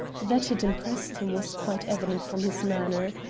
that it impressed him was quite evident from his manner.